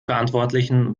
verantwortlichen